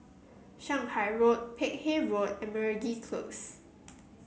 Shanghai Road Peck Hay Road and Meragi Close